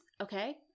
okay